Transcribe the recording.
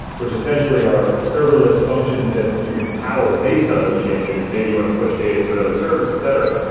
which essentially are serverless functions that you can power based on those change streams. maybe you want to push data to another service, etc.